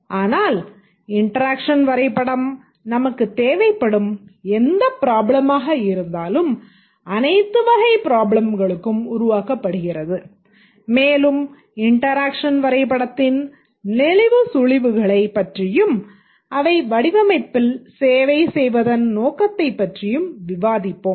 ஆனால் இன்டெராக்ஷன் வரைபடம் நமக்குத் தேவைப்படும் எந்த ப்ராபளமாக இருந்தாலும் அனைத்து வகைப் ப்ராப்ளம்களுக்கும் உருவாக்கப்படுகிறது மேலும் இன்டெராக்ஷன் வரைபடதின் நெளிவு சுளிவுகளை பற்றியும் அவை வடிவமைப்பில் சேவை செய்வதன் நோக்கத்தைப் பற்றியும் விவாதிப்போம்